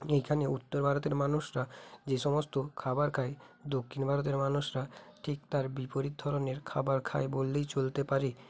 এইখানে উত্তর ভারতের মানুষরা যে সমস্ত খাবার খায় দক্ষিণ ভারতের মানুষরা ঠিক তার বিপরীত ধরনের খাবার খায় বললেই চলতে পারে